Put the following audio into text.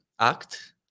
Act